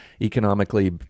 economically